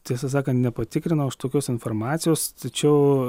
tiesą sakant nepatikrinau aš tokios informacijos tačiau